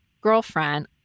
girlfriend